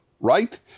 right